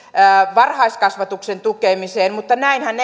varhaiskasvatuksen tukemiseen mutta näinhän